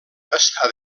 està